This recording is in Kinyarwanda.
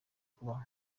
kubaho